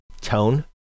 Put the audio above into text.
tone